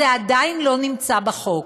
זה עדיין לא נמצא בחוק.